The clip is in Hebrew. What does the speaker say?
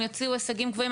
הם יוציאו הישגים גבוהים.